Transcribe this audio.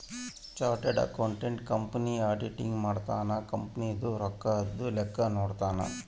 chartered accountant company auditing ಮಾಡ್ತನ company ದು ರೊಕ್ಕದ ಲೆಕ್ಕ ನೋಡ್ಕೊತಾನ